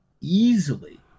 easily